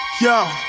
Yo